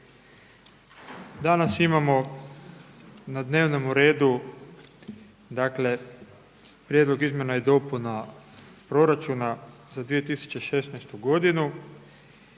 Danas imamo na dnevnome redu dakle Prijedlog izmjena i dopuna proračuna za 2016. godinu,